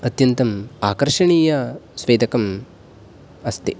अत्यन्तम् आकर्षणीयस्वेदकम् अस्ति